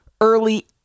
early